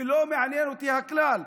ולא מעניין אותי הכלל.